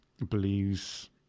believes